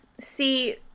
see